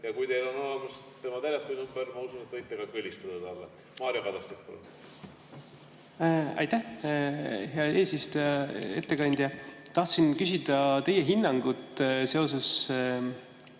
Ja kui teil on olemas tema telefoninumber, ma usun, et võite ka kõlistada talle. Mario Kadastik, palun! Aitäh, hea eesistuja! Hea ettekandja! Tahtsin küsida teie hinnangut seoses